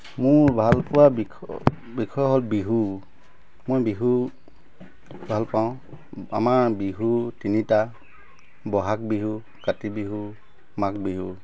মোৰ ভালপোৱা বিখ বিষয় হ'ল বিহু মই বিহু ভালপাওঁ আমাৰ বিহু তিনিটা বহাগ বিহু কাতি বিহু মাঘ বিহু